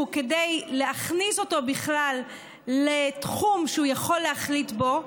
כדי להכניס אותו בכלל לתחום שהוא יכול להחליט בו,